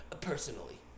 personally